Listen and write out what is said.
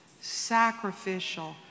sacrificial